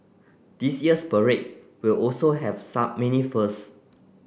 this year's parade will also have some many firsts